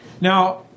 Now